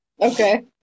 Okay